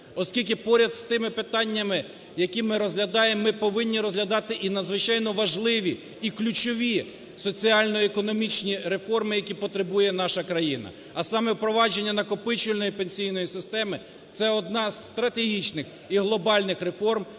Оскільки поряд з тими питаннями, які ми розглядаємо, ми повинні розглядати і надзвичайно важливі, і ключові соціально-економічні реформи, які потребує наша країна, а саме впровадження накопичувальної пенсійної системи – це одна з стратегічних і глобальних реформ,